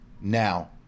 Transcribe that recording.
now